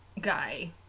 guy